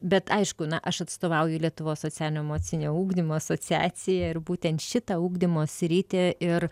bet aišku na aš atstovauju lietuvos socialinio emocinio ugdymo asociaciją ir būtent šitą ugdymo sritį ir